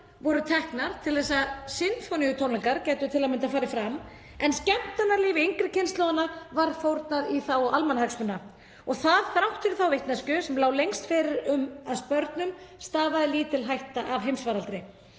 voru teknar til að sinfóníutónleikar gætu til að mynda farið fram en skemmtanalífi yngri kynslóðanna var fórnað í þágu almannahagsmuna þrátt fyrir þá vitneskju sem lá lengst af fyrir um að börnum stafaði lítil hætta af heimsfaraldrinum.